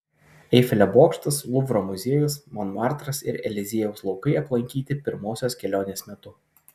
eifelio bokštas luvro muziejus monmartras ir eliziejaus laukai aplankyti pirmosios kelionės metu